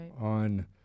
on